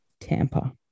Tampa